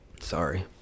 Sorry